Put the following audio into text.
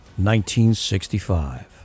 1965